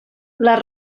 les